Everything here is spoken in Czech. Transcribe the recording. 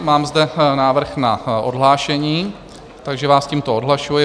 Mám zde návrh na odhlášení, takže vás tímto odhlašuji.